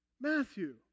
Matthew